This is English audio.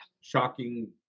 shocking